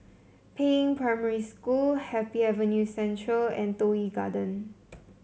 Peiying Primary School Happy Avenue Central and Toh Yi Garden